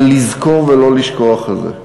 ה"לזכור ולא לשכוח" הזה.